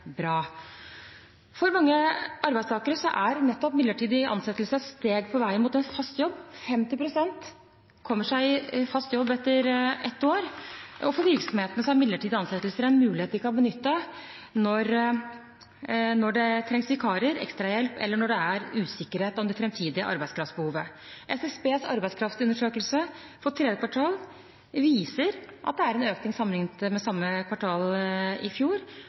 bra. For mange arbeidstakere er nettopp midlertidig ansettelse et steg på veien mot en fast jobb. 50 pst. kommer seg i fast jobb etter ett år, og for virksomheten er midlertidige ansettelser en mulighet de kan benytte når det trengs vikarer, ekstrahjelp eller når det er usikkerhet om det fremtidige arbeidskraftbehovet. SSBs arbeidskraftundersøkelse for tredje kvartal viser at det er en økning sammenlignet med samme kvartal i fjor.